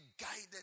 guided